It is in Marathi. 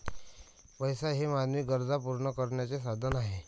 पैसा हे मानवी गरजा पूर्ण करण्याचे साधन आहे